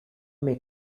may